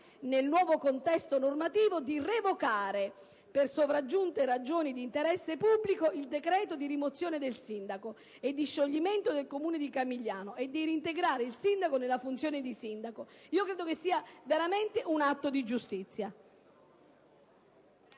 nel nuovo contesto normativo, di revocare per sopraggiunte ragioni di interesse pubblico il decreto di rimozione del sindaco e di scioglimento del comune di Camigliano e di reintegrare il sindaco nella sua funzione. Credo che sarebbe veramente un atto di giustizia.